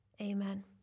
amen